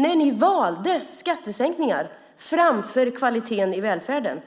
Nej, ni valde skattesänkningar framför kvaliteten i välfärden.